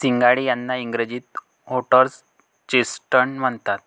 सिंघाडे यांना इंग्रजीत व्होटर्स चेस्टनट म्हणतात